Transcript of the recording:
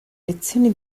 lezioni